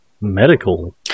medical